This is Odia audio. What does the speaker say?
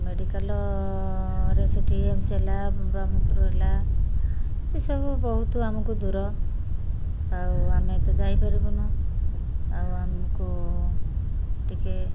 ମେଡ଼ିକାଲ୍ରେ ସେଇଠି ଏମ୍ସି ହେଲା ବ୍ରହ୍ମପୁରୁ ହେଲା ଏସବୁ ବହୁତ ଆମକୁ ଦୂର ଆଉ ଆମେ ତ ଯାଇପାରିବୁନୁ ଆଉ ଆମକୁ ଟିକେ